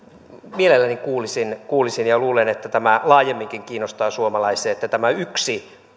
mielelläni kuulisin kuulisin ja luulen että tämä laajemminkin kiinnostaa suomalaisia että tämä yksi